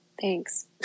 Thanks